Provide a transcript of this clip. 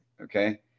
Okay